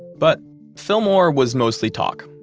but fillmore was mostly talk,